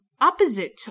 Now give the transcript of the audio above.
opposite